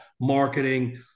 marketing